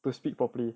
to speak properly